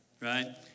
Right